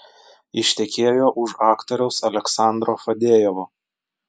ištekėjo už aktoriaus aleksandro fadejevo